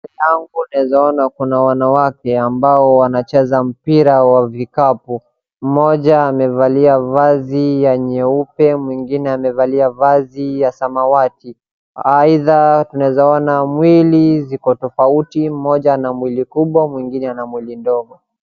Mbele yangu naweza ona kuna wanawake ambao wanacheza mpira wa vikapu, mmoja amevalia vazi ya nyeupe ,mwingine amevalia vazi ya samawati, aidha hawa tunaweza ona mwili ziko tofauti, mmoja ana mwili kubwa mwingine ana mwili ndogo.